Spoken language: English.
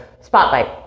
spotlight